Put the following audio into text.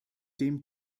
dem